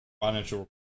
financial